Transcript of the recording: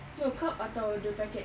no cup atau the packet